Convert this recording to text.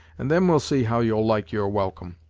and then we'll see how you'll like your welcome.